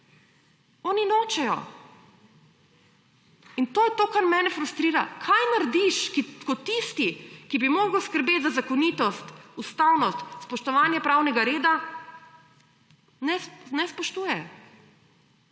oni nočejo in to je to, kar mene frustrira. Kaj narediš, ko tisti, ki bi moral skrbeti za zakonitost, ustavnost, spoštovanje pravnega reda ne spoštuje?